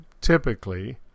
typically